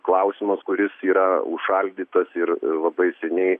klausimas kuris yra užšaldytas ir labai seniai